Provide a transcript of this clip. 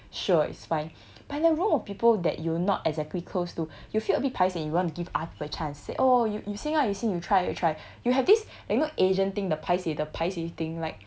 sure it's fine but in a room of people that you not exactly close to you feel a bit paiseh you want to give other people chance say oh you you sing ah you sing you try you try you have this you know asian thing the paiseh the paiseh thing like